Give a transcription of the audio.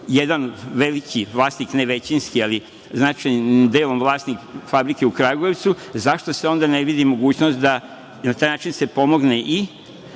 jedan veliki vlasnik, ne većinski, ali značajnim delom vlasnik fabrike u Kragujevcu, zašto se onda ne vidi mogućnost da se na taj način pomogne i